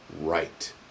right